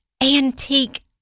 antique